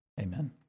Amen